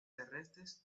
terrestres